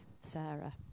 Sarah